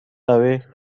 away